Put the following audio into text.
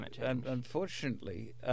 unfortunately